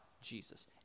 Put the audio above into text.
Jesus